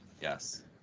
Yes